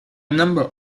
number